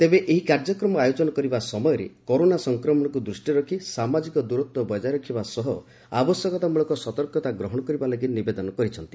ତେବେ ଏହି କାର୍ଯ୍ୟକ୍ରମ ଆୟୋଜନ କରିବା ସମୟରେ କରୋନା ସଂକ୍ରମଣକୁ ଦୃଷ୍ଟିରେ ରଖି ସାମାଜିକ ଦୂରତ୍ୱ ବଜାୟ ରଖିବା ସହ ଆବଶ୍ୟକତାମଳକ ସତର୍କତା ଗ୍ରହଣ କରିବା ଲାଗି ନିବେଦନ କରିଛନ୍ତି